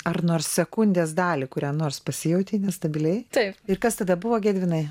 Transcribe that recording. ar nors sekundės dalį kurią nors pasijautei nestabiliai taip ir kas tada buvo gedvinai